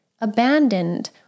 abandoned